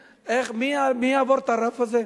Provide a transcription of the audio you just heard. מי יעבור את הרף הזה?